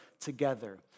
together